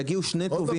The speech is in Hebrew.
תצטרך שיגיעו שני תובעים.